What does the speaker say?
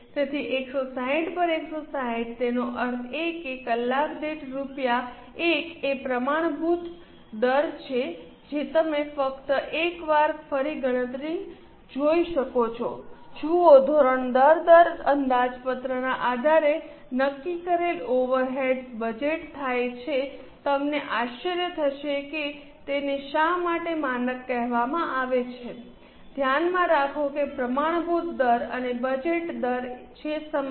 તેથી 160 પર 160 તેનો અર્થ એ કે કલાક દીઠ રૂપિયા 1 એ એક પ્રમાણભૂત દર છે જે તમે ફક્ત એક વાર ફરી ગણતરી જોઈ શકો છો જુઓ ધોરણ દર દર અંદાજપત્રના આધારે નક્કી કરેલ ઓવરહેડ્સ બજેટ થાય છે તમને આશ્ચર્ય થશે કે તેને શા માટે માનક કહેવામાં આવે છે ધ્યાનમાં રાખો કે પ્રમાણભૂત દર અને બજેટ દર છે સમાન